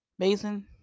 amazing